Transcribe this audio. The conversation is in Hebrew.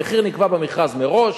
המחיר נקבע במכרז מראש,